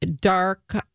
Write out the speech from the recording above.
dark